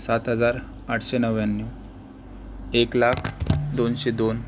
सात हजार आठशे नव्याण्णव एक लाख दोनशे दोन